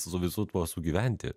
su visu tuo sugyventi